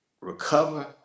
recover